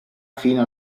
fino